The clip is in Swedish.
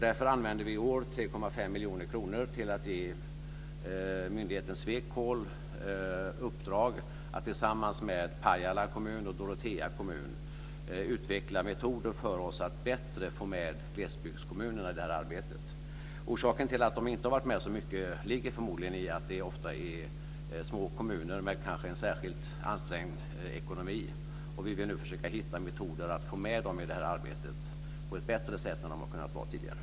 Därför använder vi i år 3,5 miljoner kronor till att ge myndigheten SWECOL i uppdrag att tillsammans med Pajala kommun och Dorotea kommun utveckla metoder för oss att bättre få med glesbygdskommunerna i det här arbetet. Orsaken till att de inte varit med så mycket ligger förmodligen i att det ofta är små kommuner med kanske en särskilt ansträngd ekonomi. Vi försöker nu hitta metoder att få dem i det här arbetet på ett bättre sätt än vad de har kunnat vara med tidigare.